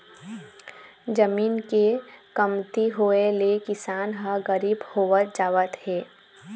जमीन के कमती होए ले किसान ह गरीब होवत जावत हे